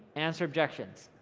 answer objections.